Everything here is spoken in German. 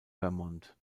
vermont